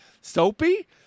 soapy